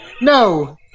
No